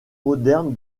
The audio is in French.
moderne